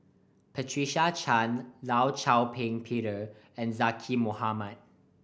Patricia Chan Law Shau Ping Peter and Zaqy Mohamad